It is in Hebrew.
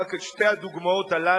רק את שתי הדוגמאות האלה,